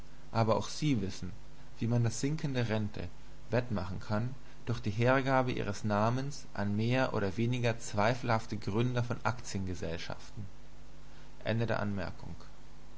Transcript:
aber auch sie wissen wie man das sinken der rente wettmachen kann durch die hergabe ihres namens an mehr oder weniger zweifelhafte gründer von aktiengesellschaften